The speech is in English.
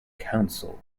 council